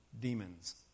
demons